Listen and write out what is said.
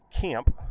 camp